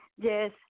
Yes